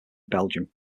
belgium